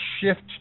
shift